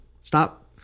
stop